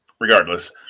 regardless